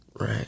Right